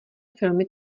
filmy